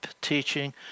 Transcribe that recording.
teaching